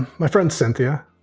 my friend cynthia.